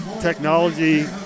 technology